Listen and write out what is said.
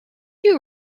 you